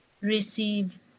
receive